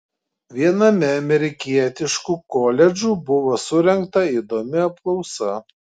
viename amerikietiškų koledžų buvo surengta įdomi apklausa